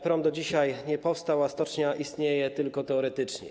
Prom do dzisiaj nie powstał, a stocznia istnieje tylko teoretycznie.